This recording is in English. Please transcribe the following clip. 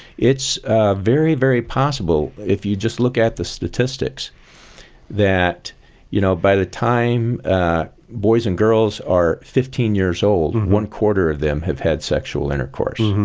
it's very, very possible if you just look at the statistics that you know by the time boys and girls are fifteen years old, one-quarter of them have had sexual intercourse.